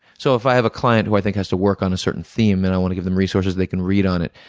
so if i have a client who i think has to work on a certain theme and i want to give them resources they can read on it,